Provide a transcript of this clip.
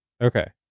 Okay